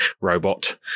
robot